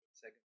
second